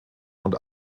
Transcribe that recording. und